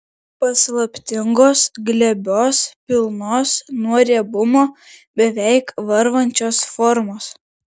paslaptingos glebios pilnos nuo riebumo beveik varvančios formos